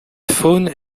faune